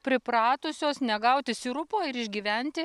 pripratusios negauti sirupo ir išgyventi